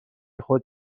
خود